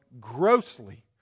grossly